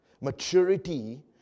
maturity